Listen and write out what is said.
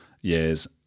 years